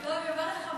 אני אומרת לך,